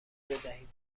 بدهید